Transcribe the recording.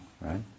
right